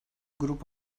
grup